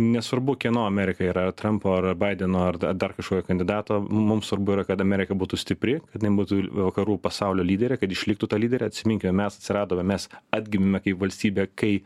nesvarbu kieno amerika yra trampo ar baideno ar dar dar kažkokio kandidato mums svarbu yra kad amerika būtų stipri kad jinai būtų vakarų pasaulio lyderė kad išliktu ta lydere atsiminke mes atsiradome mes atgimėme kaip valstybė kai